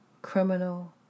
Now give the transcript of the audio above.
Criminal